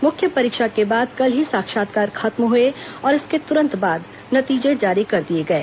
मुख्य परीक्षा के बाद कल ही साक्षात्कार खत्म हुए और इसके तुरंत बाद नतीजे जारी कर दिए गए